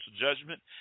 judgment